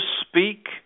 speak